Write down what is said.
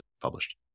published